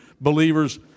believers